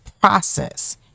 process